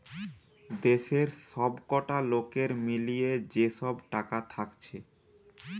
দেশের সবকটা লোকের মিলিয়ে যে সব টাকা থাকছে